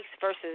versus